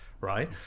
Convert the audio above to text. right